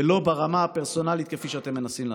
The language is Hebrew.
ולא ברמה הפרסונלית כפי שאתם מנסים לעשות.